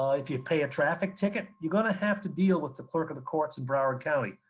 ah if you pay a traffic ticket, you're gonna have to deal with the clerk of the courts in broward county.